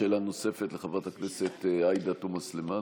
שאלה נוספת לחברת הכנסת עאידה תומא סלימאן.